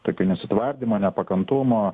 tokio nesutvardymo nepakantumo